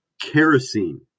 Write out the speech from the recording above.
Kerosene